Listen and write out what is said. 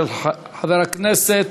דברי הכנסת